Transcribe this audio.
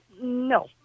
No